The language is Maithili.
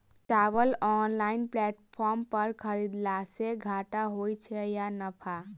चावल ऑनलाइन प्लेटफार्म पर खरीदलासे घाटा होइ छै या नफा?